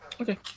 Okay